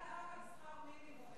על הגדלת שכר מינימום אני רוצה משאל עם.